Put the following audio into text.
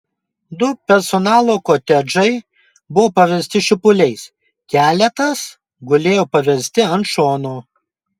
du personalo kotedžai buvo paversti šipuliais keletas gulėjo parversti ant šono